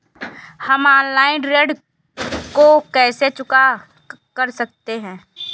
हम ऑनलाइन ऋण को कैसे चुकता कर सकते हैं?